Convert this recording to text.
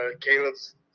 Caleb's